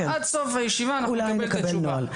עד סוף הישיבה אנחנו נקבל את התשובה.